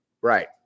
Right